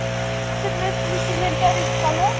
اَسہِ حظ ٲسۍ وُچھِن وۅنۍ ٹیرِک پَلو